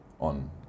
on